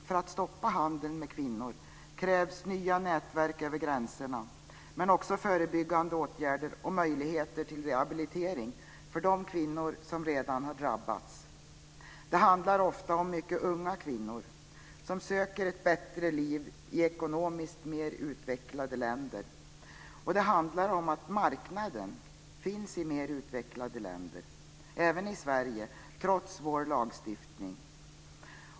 För att stoppa handeln med kvinnor krävs nya nätverk över gränserna, men också förebyggande åtgärder och möjligheter till rehabilitering för de kvinnor som redan har drabbats. Det handlar ofta om mycket unga kvinnor som söker ett bättre liv i ekonomiskt mer utvecklade länder. Det handlar om att marknaden finns i mer utvecklade länder, även i Sverige trots vår lagstiftning.